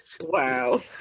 Wow